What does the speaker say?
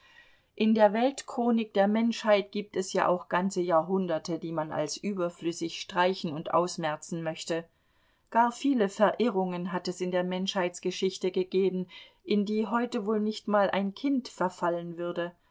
in der weltchronik der menschheit gibt es ja auch ganze jahrhunderte die man als überflüssig streichen und ausmerzen möchte gar viele verirrungen hat es in der menschheitsgeschichte gegeben in die heute wohl nicht mal ein kind verfallen würde